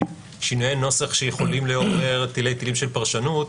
שינויי נוסח שיכולים לעורר טילי טילים של פרשנות,